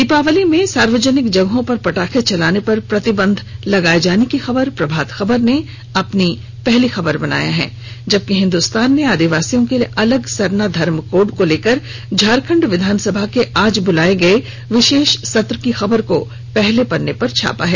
दिवाली में सार्वजनिक जगहों पर पटाखे जलाने पर प्रतिबंध लगाये जाने की खबर को प्रभात खबर ने पहले पन्ने पर प्रकाशित किया है जबकि हिंदुस्तान ने आदिवासियों के लिए अलग सरना धर्म कोड को लेकर झारखंड विधानसभा के आज बुलाये गर्ये विशेष सत्र की खबर को पहले पन्ने पर छापा है